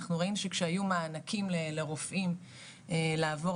אנחנו רואים שכשהיו מענקים לרופאים לעבור